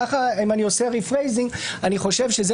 אם אני עושה rephrasing אני חושב שזה